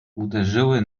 uderzyły